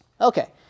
Okay